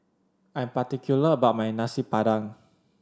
I am particular about my Nasi Padang